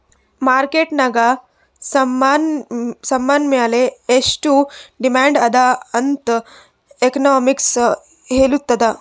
market ನಾಗ್ ಸಾಮಾನ್ ಮ್ಯಾಲ ಎಷ್ಟು ಡಿಮ್ಯಾಂಡ್ ಅದಾ ಅಂತ್ ಎಕನಾಮಿಕ್ಸ್ ಹೆಳ್ತುದ್